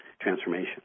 transformation